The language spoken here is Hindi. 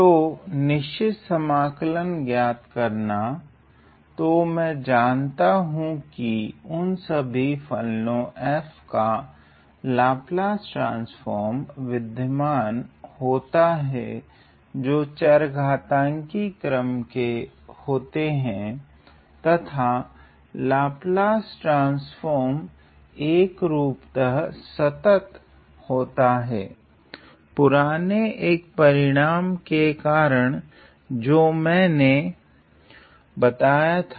तो निश्चित समाकल ज्ञात करना तो तो मैं जनता हूँ की उन सभी फलनों f का लाप्लास ट्रान्स्फ़ोर्म विध्यमान होता हिय जो चारघातांकी क्रम के होते है तथा लाप्लास ट्रान्स्फ़ोर्म एकरूपतः संतत होता हैं पुराने एक परिणाम के कारण जो की मीने बताया था